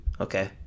Okay